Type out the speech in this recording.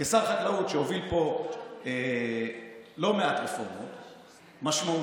כשר חקלאות שהוביל פה לא מעט רפורמות משמעותיות,